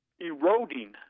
eroding